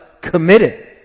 committed